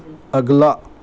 اگلا